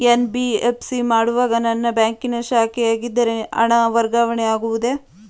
NBFC ಮಾಡುವಾಗ ನನ್ನ ಬ್ಯಾಂಕಿನ ಶಾಖೆಯಾಗಿದ್ದರೆ ಹಣ ವರ್ಗಾವಣೆ ಆಗುವುದೇ?